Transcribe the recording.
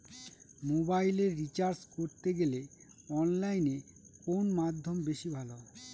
মোবাইলের রিচার্জ করতে গেলে অনলাইনে কোন মাধ্যম বেশি ভালো?